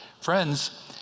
Friends